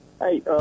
Hey